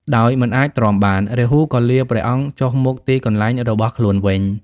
ដោយមិនអាចទ្រាំបាន រាហូក៏លាព្រះអង្គចុះមកទីកន្លែងរបស់ខ្លួនវិញ។